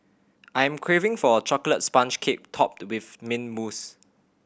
I am craving for a chocolate sponge cake topped with mint mousse